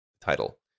title